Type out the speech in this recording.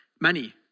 money